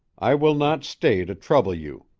i will not stay to trouble you.